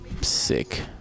Sick